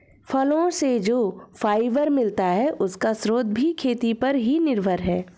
फलो से जो फाइबर मिलता है, उसका स्रोत भी खेती पर ही निर्भर है